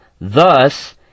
Thus